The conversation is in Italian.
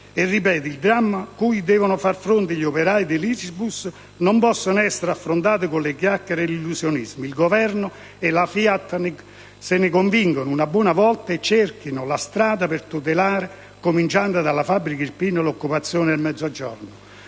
il dramma cui devono far fronte gli operai della Irisbus non possono essere affrontati con le chiacchiere e gli illusionismi. Il Governo e la FIAT se ne convincano una buona volta e cerchino la strada per tutelare, cominciando dalla fabbrica irpina, l'occupazione nel Mezzogiorno.